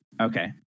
Okay